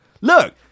look